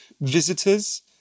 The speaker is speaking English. visitors